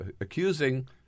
accusing